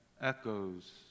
echoes